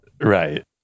Right